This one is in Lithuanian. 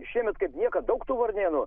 šiemet kaip niekad daug tų varnėnų